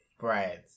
Right